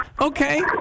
Okay